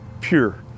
pure